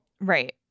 right